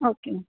okay madam